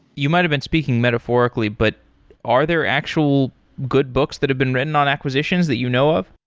you might've been speaking metaphorically, but are there actual good books that have been written on acquisitions that you know of.